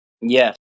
Yes